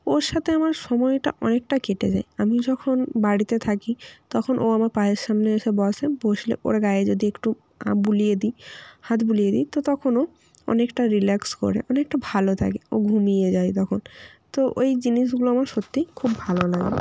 ওর সাথে আমার সময়টা অনেকটা কেটে যায় আমি যখন বাড়িতে থাকি তখন ও আমার পায়ের সামনে এসে বসে বসলে ওর গায়ে যদি একটু বুলিয়ে দিই হাত বুলিয়ে দিই তো তখন ও অনেকটা রিল্যাক্স করে অনেকটা ভালো থাকে ও ঘুমিয়ে যায় তখন তো ওই জিনিসগুলো আমার সত্যি খুব ভালো লাগে